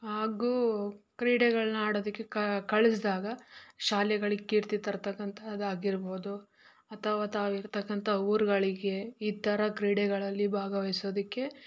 ಹಾಗೂ ಕ್ರೀಡೆಗಳನ್ನ ಆಡೋದಕ್ಕೆ ಕಳಿಸಿದಾಗ ಶಾಲೆಗಳಿಗೆ ಕೀರ್ತಿ ತರ್ತಕ್ಕಂತಹದ್ದು ಆಗಿರ್ಬೋದು ಅಥವಾ ತಾವು ಇರತಕ್ಕಂಥ ಊರುಗಳಿಗೆ ಈ ಥರ ಕ್ರೀಡೆಗಳಲ್ಲಿ ಭಾಗವಹಿಸೋದಿಕ್ಕೆ